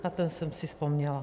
Na ten jsem si vzpomněla.